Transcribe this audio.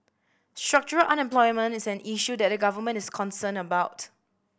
structural unemployment is an issue that the Government is concerned about